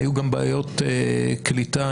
היו גם בעיות קליטה.